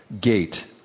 gate